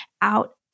out